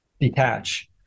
detach